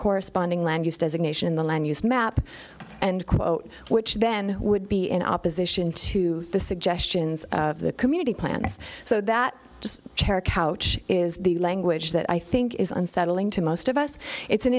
corresponding land use designation in the land use map and quote which then would be in opposition to the suggestions of the community plans so that chair couch is the language that i think is unsettling to most yes it's an